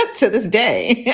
to this day,